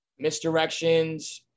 Misdirections